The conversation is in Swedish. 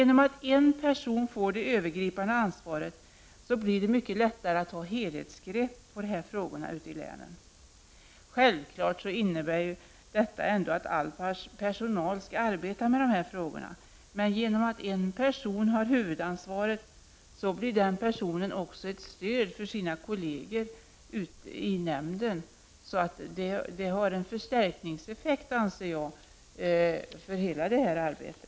Genom att en person får det övergripande ansvaret, blir det mycket lättare att i länen ta helhetsgrepp på de här frågorna. Detta innebär självfallet att all personal skall arbeta med dem. Men genom att en person har huvudansvaret, blir den personen också ett stöd för sina kolleger i nämnden. Jag anser att det har en förstärkningseffekt för hela detta arbete.